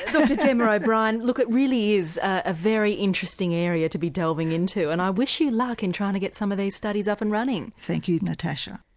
so gemma o'brien, look it really is a very interesting area to be delving into and i wish you luck in trying to get some of these studies up and running. thank you natasha.